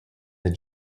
this